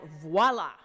voila